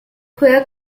juega